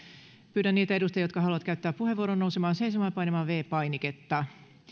pyydän niitä edustajia jotka haluavat käyttää puheenvuoron nousemaan seisomaan ja painamaan viides painiketta